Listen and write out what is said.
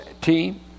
team